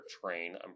train